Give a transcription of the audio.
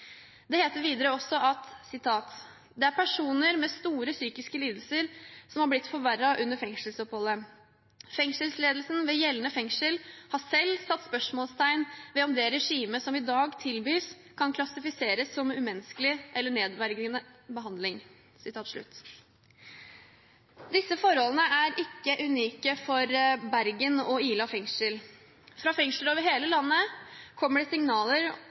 Det heter videre at «det er personer med store psykiske lidelser som har blitt forverret under fengselsoppholdet Fengselsledelsen har selv satt spørsmålstegn ved om det regimet som i dag kan tilbys kan klassifiseres som umenneskelig eller nedverdigende behandling». Disse forholdene er ikke unike for Bergen fengsel og Ila fengsel. Fra fengsler over hele landet kommer det signaler